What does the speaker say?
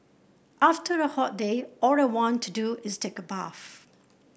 after a hot day all I want to do is take a bath